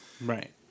Right